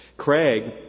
Craig